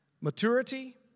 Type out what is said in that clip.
Maturity